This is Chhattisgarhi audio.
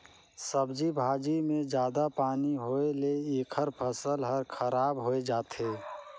सब्जी भाजी मे जादा पानी होए ले एखर फसल हर खराब होए जाथे